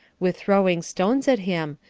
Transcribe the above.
with throwing stones at him,